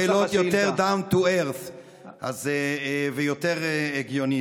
אלא שאלות יותר down to earth ויותר הגיוניות.